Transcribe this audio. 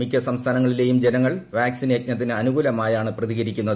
മിക്ക സംസ്ഥാനങ്ങളിലെയും ജനങ്ങൾ വാക്സിൻ യജ്ഞത്തിന് അനുകൂലമായാണ് പ്രതികരിക്കുന്നത്